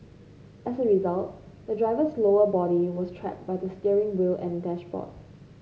as a result the driver's lower body was trapped by the steering wheel and dashboard